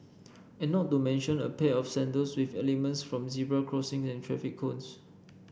and not to mention a pair of sandals with elements from zebra crossing and traffic cones